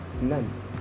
None